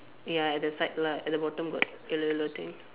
ya at the side lah at the bottom got yellow yellow thing